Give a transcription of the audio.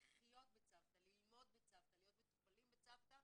לחיות בצוותא, ללמוד בצוותא, להיות מטופלים בצוותא